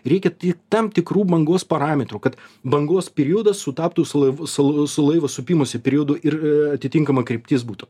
reikia tik tam tikrų bangos parametrų kad bangos periodas sutaptų su laiv su laivo supimosi periodu ir atitinkama kryptis būtų